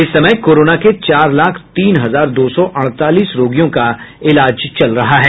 इस समय कोरोना के चार लाख तीन हजार दो सौ अड़तालीस रोगियों का इलाज चल रहा है